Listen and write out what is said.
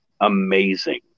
Amazing